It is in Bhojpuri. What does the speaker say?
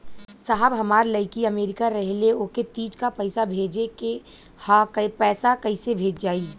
साहब हमार लईकी अमेरिका रहेले ओके तीज क पैसा भेजे के ह पैसा कईसे जाई?